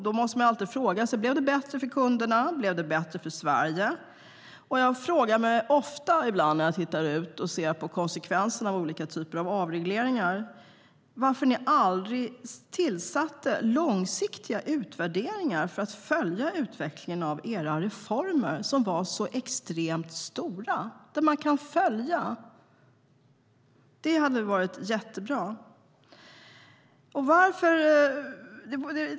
Då måste man fråga sig om det blev bättre för kunderna och Sverige. Jag frågar mig ofta när jag ser på konsekvenserna av olika typer av avregleringar varför ni aldrig tillsatte långsiktiga utvärderingar för att följa utvecklingen av era reformer, som var så extremt stora. Det hade varit jättebra.